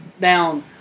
down